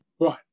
right